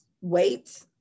wait